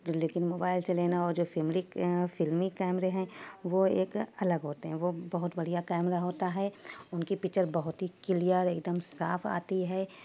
جو لیکن موبائل سے لینا ہو جو فملک فلمی کیمرے ہیں وہ ایک الگ ہوتے ہیں وہ بہت بڑھیا کیمرا ہوتا ہے ان کی پکچر بہت ہی کلیئر ایک دم صاف آتی ہے